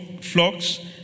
flocks